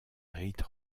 rite